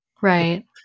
Right